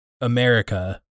America